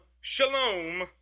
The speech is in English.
shalom